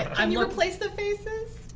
um you replace the faces?